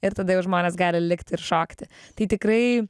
ir tada jau žmonės gali likt ir šokti tai tikrai